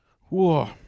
Whoa